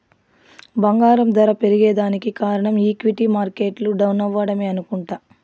బంగారం దర పెరగేదానికి కారనం ఈక్విటీ మార్కెట్లు డౌనవ్వడమే అనుకుంట